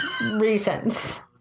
Reasons